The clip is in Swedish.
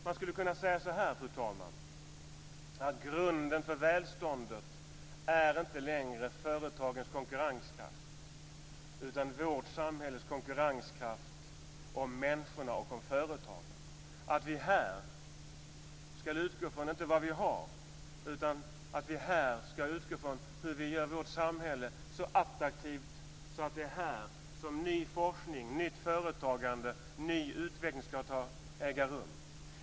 Man skulle kunna säga så här, fru talman: Grunden för välståndet är inte längre företagens konkurrenskraft utan vårt samhälles konkurrenskraft om människorna och företagen. Vi ska här inte utgå från vad vi har utan vi ska här utgå ifrån hur vi gör vårt samhälle så attraktivt så att det är här som ny forskning, nytt företagande och ny utveckling ska äga rum.